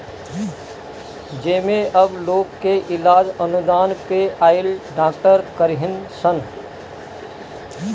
जेमे अब लोग के इलाज अनुदान पे आइल डॉक्टर करीहन सन